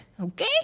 okay